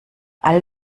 all